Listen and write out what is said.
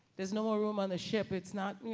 there's no more room on the ship. it's not you